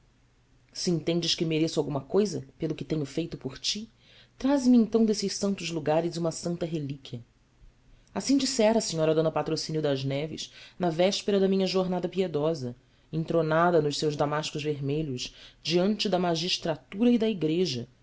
se entendes que mereço alguma cousa pelo que tenho feito por ti traze-me então desses santos lugares uma santa relíquia assim dissera a senhora d patrocínio das neves na véspera da minha jornada piedosa entronada nos seus damascos vermelhos diante da magistratura e da igreja